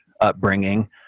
upbringing